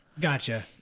Gotcha